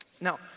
Now